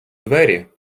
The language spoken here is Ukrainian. двері